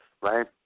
right